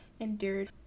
endured